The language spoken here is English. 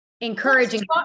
encouraging